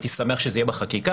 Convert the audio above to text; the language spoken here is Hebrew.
הייתי שמח שזה יהיה בחקיקה,